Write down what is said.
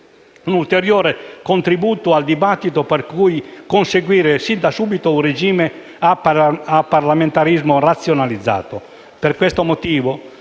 un ulteriore contributo al dibattito per conseguire sin da subito un regime a parlamentarismo razionalizzato.